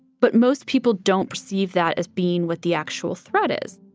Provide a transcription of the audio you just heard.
but most people don't perceive that as being what the actual threat is